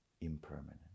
impermanent